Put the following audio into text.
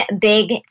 big